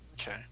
Okay